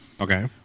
Okay